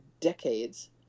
decades